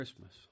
Christmas